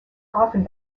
often